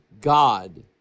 God